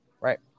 Right